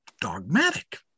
dogmatic